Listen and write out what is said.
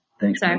Thanks